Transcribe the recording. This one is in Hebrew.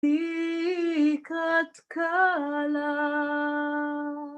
לקראת כלה.